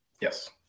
yes